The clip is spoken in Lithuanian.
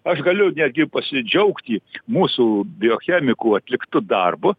aš galiu netgi pasidžiaugti mūsų biochemikų atliktu darbu